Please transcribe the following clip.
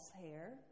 hair